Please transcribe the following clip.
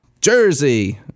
Jersey